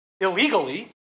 illegally